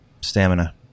Stamina